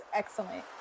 excellent